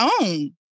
own